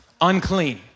unclean